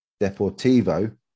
Deportivo